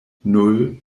nan